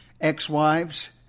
ex-wives